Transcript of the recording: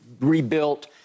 rebuilt